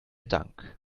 dank